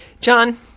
John